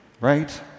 Right